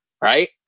right